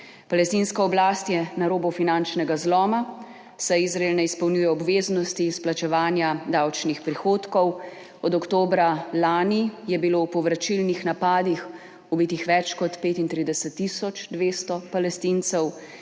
Palestinska oblast je na robu finančnega zloma, saj Izrael ne izpolnjuje obveznosti izplačevanja davčnih prihodkov. Od oktobra lani je bilo v povračilnih napadih ubitih več kot 35 tisoč 200 Palestincev,